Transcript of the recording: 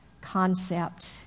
concept